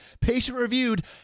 patient-reviewed